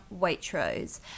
Waitrose